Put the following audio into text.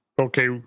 Okay